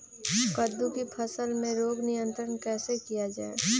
कददु की फसल में रोग नियंत्रण कैसे किया जाए?